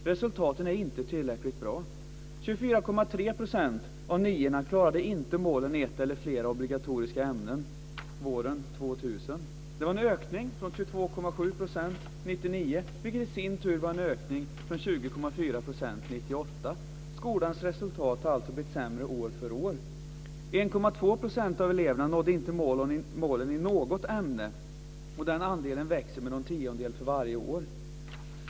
Resultaten är inte tillräckligt bra. 24,3 % av niorna klarade inte målen i ett eller flera obligatoriska ämnen våren 2000. Det var en ökning från 22,7 % 1999, vilket i sin tur var en ökning från 20,4 % 1998. Skolans resultat har alltså blivit sämre år för år. 1,2 % av eleverna nådde inte målen i något ämne, och den andelen växer med någon tiondel för varje år.